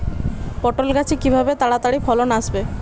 পটল গাছে কিভাবে তাড়াতাড়ি ফলন আসবে?